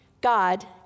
God